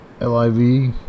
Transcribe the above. L-I-V